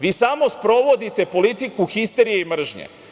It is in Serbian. Vi samo sprovodite politiku histerije i mržnje.